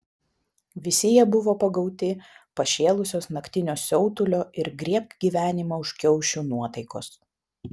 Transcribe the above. visi jie buvo pagauti pašėlusios naktinio siautulio ir griebk gyvenimą už kiaušių nuotaikos